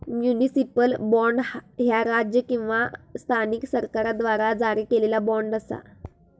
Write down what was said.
municipal bond, ह्या राज्य किंवा स्थानिक सरकाराद्वारा जारी केलेला बॉण्ड असा